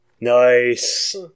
Nice